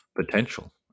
potential